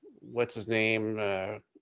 what's-his-name